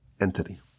entity